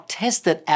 tested